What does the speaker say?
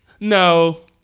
No